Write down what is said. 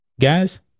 Guys